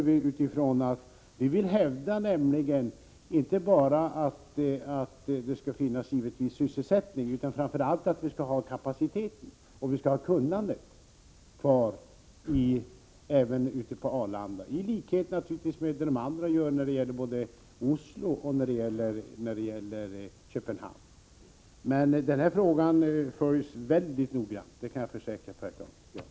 Vi vill nämligen hävda inte bara att det — givetvis — skall finnas sysselsättning, utan framför allt att vi skall ha kapaciteten och kunnandet kvar ute på Arlanda. Detta är självfallet i överensstämmelse med vad de andra länderna gör när det gäller Oslos och Köpenhamns flygplatser. Den här frågan följs mycket noggrant, det kan jag försäkra Pär Granstedt.